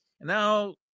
Now